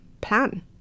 plan